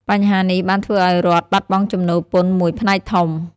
បញ្ហានេះបានធ្វើឱ្យរដ្ឋបាត់បង់ចំណូលពន្ធមួយផ្នែកធំ។